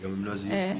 וגם למנוע זיופים.